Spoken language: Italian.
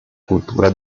cultura